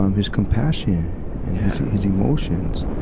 um his compassion and his, his emotions.